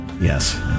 Yes